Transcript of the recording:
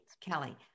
kelly